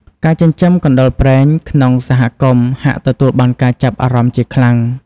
ការចិញ្ចឹមកណ្ដុរព្រែងក្នុងសហគមន៍ ហាក់ទទួលបានការចាប់អារម្មណ៍ជាខ្លាំង។